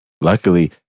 Luckily